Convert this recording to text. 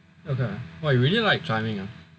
!wah! you really like climbing ah